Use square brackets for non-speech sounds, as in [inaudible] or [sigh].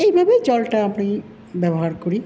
এইভাবেই জলটা [unintelligible] ব্যবহার করি